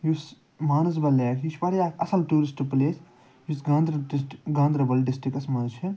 یُس مانَسبَل لیک چھُ یہِ چھُ واریاہ اَکھ اصٕل ٹیٛوٗرِسٹہٕ پٕلیس یُس گانٛدر ڈِسٹِرٛک گانٛدربَل ڈِسٹِرٛکَس منٛز چھِ